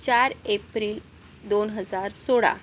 चार एप्रिल दोन हजार सोळा